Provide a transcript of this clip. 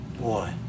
boy